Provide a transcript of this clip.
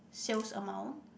sales amount